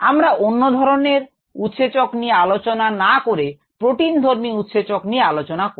আমরা অন্য ধরনের উৎসেচক নিয়ে আলোচনা না করে প্রোটিন ধর্মী উৎসেচক নিয়ে আলোচনা করব